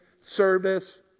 service